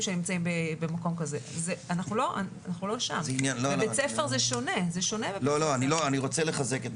לדעתי הסעיף הזה, והוא לא היחיד, צריך להימחק מפה.